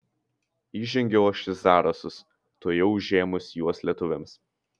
įžengiau aš į zarasus tuojau užėmus juos lietuviams